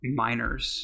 miners